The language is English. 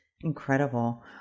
Incredible